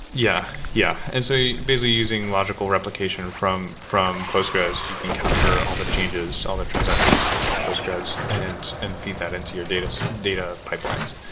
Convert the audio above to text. yeah. yeah and so basically, using logical replication from from postgres, you can capture all the changes, all the transaction sequence through postgres and and feed that into your data data pipelines.